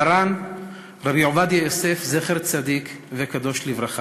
מרן רבי עובדיה יוסף, זכר צדיק וקדוש לברכה,